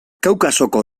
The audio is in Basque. kaukasoko